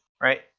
right